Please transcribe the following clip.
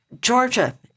Georgia